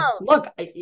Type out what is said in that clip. look